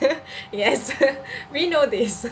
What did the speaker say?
yes we know this